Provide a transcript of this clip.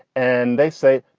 and they say,